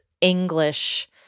English